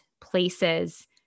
places